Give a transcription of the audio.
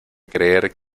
creer